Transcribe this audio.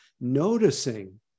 noticing